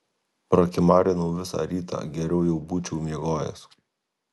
prakimarinau visą rytą geriau jau būčiau miegojęs